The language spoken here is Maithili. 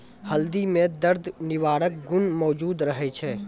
हल्दी म दर्द निवारक गुण मौजूद रहै छै